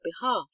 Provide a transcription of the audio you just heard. behalf